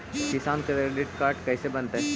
किसान credit card कैसे बनतै?